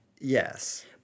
Yes